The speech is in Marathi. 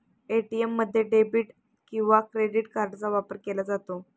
ए.टी.एम मध्ये डेबिट किंवा क्रेडिट कार्डचा वापर केला जातो